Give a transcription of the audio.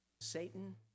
Satan